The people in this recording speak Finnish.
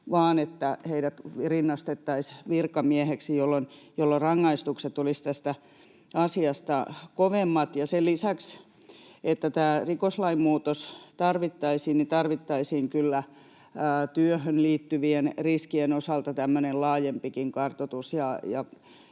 vaan että heidät rinnastettaisiin virkamiehiksi, jolloin rangaistukset olisivat tästä asiasta kovemmat. Sen lisäksi, että tämä rikoslain muutos tarvittaisiin, niin tarvittaisiin kyllä työhön liittyvien riskien osalta tämmöinen laajempikin kartoitus,